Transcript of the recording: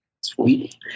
sweet